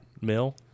mill